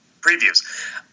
previews